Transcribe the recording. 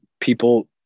people